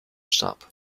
starb